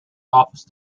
office